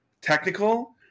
technical